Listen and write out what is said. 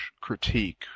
critique